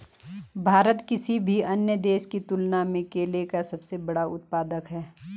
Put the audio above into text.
भारत किसी भी अन्य देश की तुलना में केले का सबसे बड़ा उत्पादक है